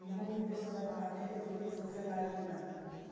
मूंग के समय मे पानी के जरूरत होखे ला कि ना?